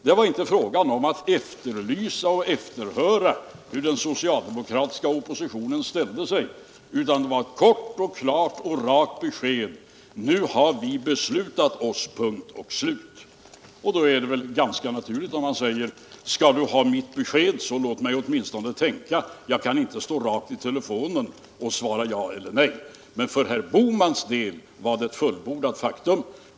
Det var inte fråga om att efterlysa och efterhöra hur den socialdemokratiska oppositionen ställde sig, utan det var fråga om ett kort, klart och rakt besked: Nu har vi beslutat oss, punkt och slut. Om det hade handlat om att efterhöra oppositionens inställning, då hade det varit ganska naturligt att jag i stället svarat: Skall du ha mitt besked, så låt mig åtminstone tänka efter — jag kan inte så här i telefonen svara ja eller nej. För herr Bohmans del var således beslutet ett fullbordat faktum.